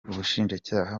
ubushinjacyaha